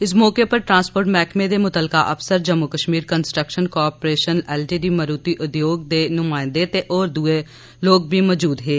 इस मौके उप्पर ट्रांसपोर्ट मैह्कमे दे सरबंधत अफसर Jammu Kashmir construction corporation limited Maruti Udyog दे नुाइंदे ते होर दुए लोक बी मौजूद हे